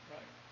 Right